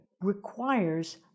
Requires